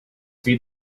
feed